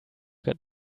got